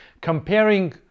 comparing